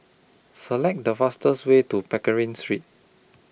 Select The fastest Way to Pickering Street